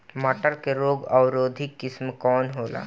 मटर के रोग अवरोधी किस्म कौन होला?